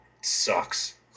sucks